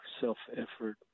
self-effort